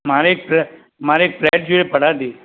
મારે એક મારે એક ફ્લેટ જોઈએ ભાડાથી